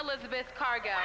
elizabeth cargo